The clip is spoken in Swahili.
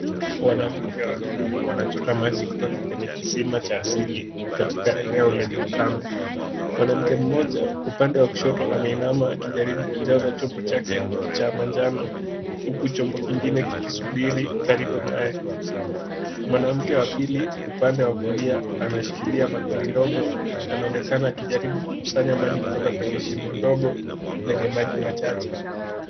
Wanakwake wawili wanachota amaji kwenye kisima cha asili katika eneo lenye ukame. Mwanamke mmoja upande wa kushoto ameinama akijaribu kujaza chombo chake cha manjano huku chombo kingine kikisubiri karibu naye. Mwanamke wa pili upande wa kulia anashikilia bakulo ndogo, anaonekana anajribu kuchota maji kwenye shimo ndogo lenye maji machache.